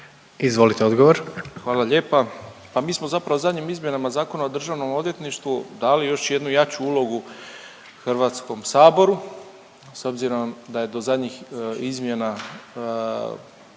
Ivan (HDZ)** Hvala lijepa, pa mi smo zapravo zadnjim izmjenama Zakona o Državnom odvjetništvu dali još jednu jaču ulogu Hrvatskom saboru s obzirom da je do zadnjih izmjena